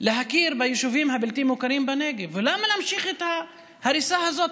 להכיר ביישובים הבלתי-מוכרים בנגב ולמה להמשיך את ההריסה הזאת?